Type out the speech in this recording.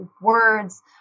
words